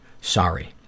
Sorry